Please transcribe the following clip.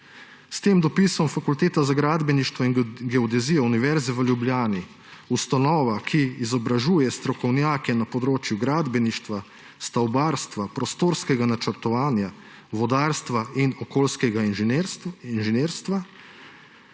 S tem dopisom Fakulteta za gradbeništvo in geodezijo Univerze v Ljubljani, ustanova, ki izobražuje strokovnjake na področju gradbeništva, stavbarstva, prostorskega načrtovanja, vodarstva in okoljskega inženirstva,